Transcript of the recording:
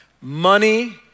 Money